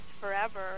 forever